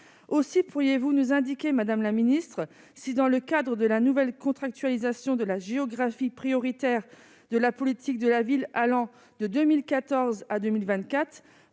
aussi, pourriez-vous nous indiquer, madame la ministre, si dans le cadre de la nouvelle contractualisation de la géographie prioritaire de la politique de la ville, allant de 2014 à 2024